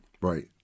right